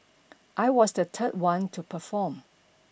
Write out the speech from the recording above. I was the third one to perform